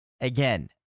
Again